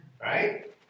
Right